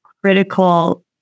critical